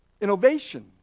innovation